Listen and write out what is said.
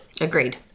Agreed